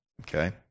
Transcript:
Okay